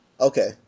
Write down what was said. Okay